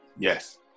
Yes